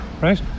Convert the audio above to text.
right